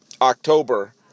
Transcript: October